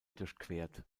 durchquert